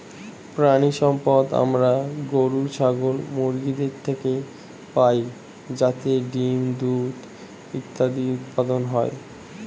প্রাণিসম্পদ আমরা গরু, ছাগল, মুরগিদের থেকে পাই যাতে ডিম্, দুধ ইত্যাদি উৎপাদন হয়